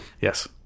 Yes